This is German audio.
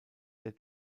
der